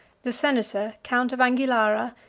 the senator, count of anguillara,